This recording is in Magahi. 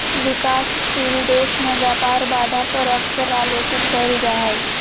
विकासशील देश में व्यापार बाधा पर अक्सर आलोचना कइल जा हइ